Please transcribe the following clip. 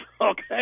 okay